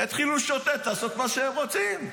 יתחילו לשוטט, לעשות מה שהם רוצים.